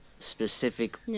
specific